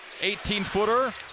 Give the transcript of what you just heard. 18-footer